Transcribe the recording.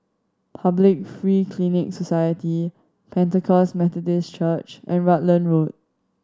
Public Free Clinic Society Pentecost Methodist Church and Rutland Road